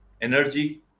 energy